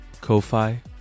Ko-Fi